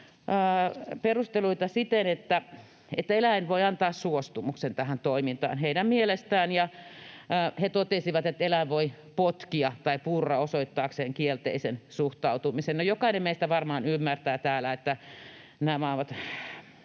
perusteluna, että heidän mielestään eläin voi antaa suostumuksen tähän toimintaan. He totesivat, että eläin voi potkia tai purra osoittaakseen kielteisen suhtautumisen. Jokainen meistä varmaan ymmärtää täällä, että nämä ovat...